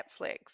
Netflix